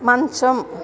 మంచం